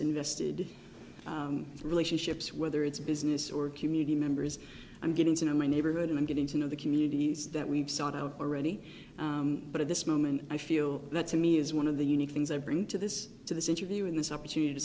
invested relationships whether it's business or community members and getting to know my neighborhood and getting to know the communities that we've sought out already but at this moment i feel that to me is one of the unique things i bring to this to this interview and this opportunity to